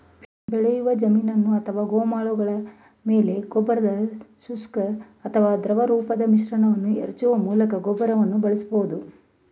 ಬೆಳೆಯ ಜಮೀನು ಅಥವಾ ಗೋಮಾಳಗಳ ಮೇಲೆ ಗೊಬ್ಬರದ ಶುಷ್ಕ ಅಥವಾ ದ್ರವರೂಪದ ಮಿಶ್ರಣವನ್ನು ಎರಚುವ ಮೂಲಕ ಗೊಬ್ಬರವನ್ನು ಬಳಸಬಹುದು